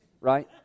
Right